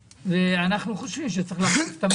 בהמשך.